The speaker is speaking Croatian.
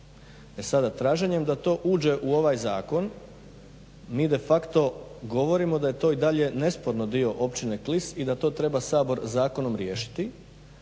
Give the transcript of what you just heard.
E sada, traženjem da to uđe u ovaj zakon mi de facto govorimo da je to i dalje nesporno dio Općine Klis i da to treba Sabor zakonom riješiti,